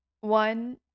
One